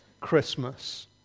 Christmas